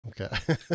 Okay